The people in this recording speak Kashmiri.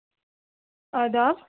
آداب